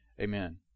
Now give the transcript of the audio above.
Amen